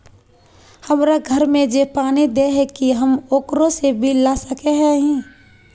हमरा घर में जे पानी दे है की हम ओकरो से बिल ला सके हिये?